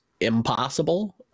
impossible